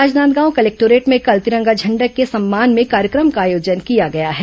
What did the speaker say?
Rajnandgaon collectorate में कल तिरंगा झण्डा के सम्मान में कार्यक्रम का आयोजन किया गया है